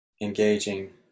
engaging